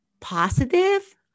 positive